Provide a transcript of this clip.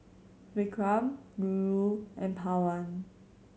vikram Guru and Pawan